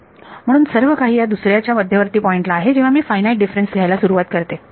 म्हणून सर्वकाही ह्या दुसऱ्याच्या मध्यवर्ती पॉइंटला आहे जेव्हा मी फायनाईट डिफरन्स घ्यायला सुरुवात करते बरोबर